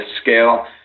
scale